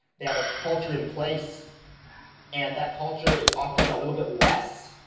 they have a culture in place and that culture is often a little bit less,